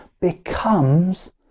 becomes